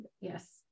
yes